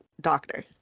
Doctor